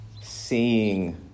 seeing